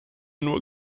nur